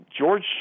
George